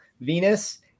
Venus